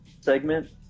segment